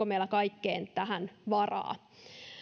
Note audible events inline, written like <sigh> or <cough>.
<unintelligible> meillä kaikkeen tähän varaa